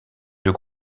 deux